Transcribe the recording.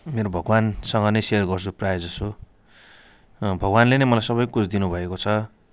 मेरो भगवान्सँग नै सेयर गर्छु प्रायः जसो भगवान्ले नै मलाई सबै कुछ दिनुभएको छ